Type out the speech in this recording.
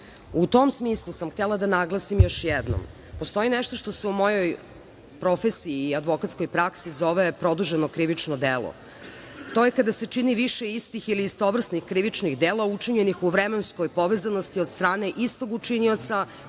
tom smislu sam htela da naglasim još jednom da postoji nešto što se u mojoj profesiji i advokatskoj praksi zove – produženo krivično delo. To je kada se čini više istih ili istovrsnih krivičnih dela učinjenih u vremenskoj povezanosti od strane istog učinioca